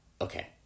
Okay